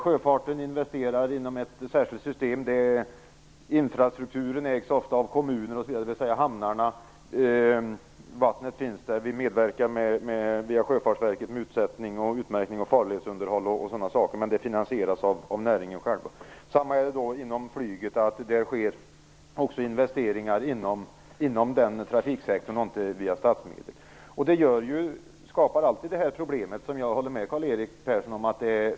Sjöfarten investerar inom ramen för ett särskilt system. Infrastrukturen ägs ofta av kommuner, och vattnet finns i hamnarna. Vi medverkar via Sjöfartsverket med utsättning och utmärkning, farledshåll och sådant, men det finansieras av näringen själv. Detsamma gäller för flyget. De investeringar som görs inom den trafiksektorn sker inte via statsmedel. Detta skapar det problem som jag instämmer med Karl-Erik Persson om.